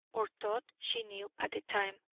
or thought she knew at the time.